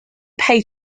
pay